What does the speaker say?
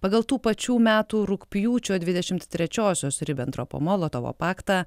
pagal tų pačių metų rugpjūčio dvidešimt trečiosios ribentropo molotovo paktą